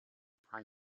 prime